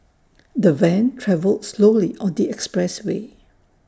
the van travelled slowly on the expressway